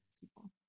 people